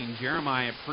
Jeremiah